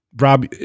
Rob